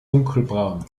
dunkelbraun